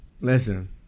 Listen